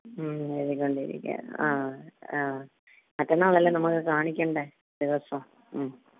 മ്മ് എഴുതിക്കൊണ്ടിരിക്കുകയാ ആ ആ മറ്റന്നാളല്ലേ നമുക്ക് കാണിക്കേണ്ട ദിവസം മ്മ്